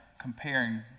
comparing